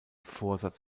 vorsatz